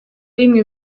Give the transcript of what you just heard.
rimwe